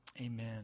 Amen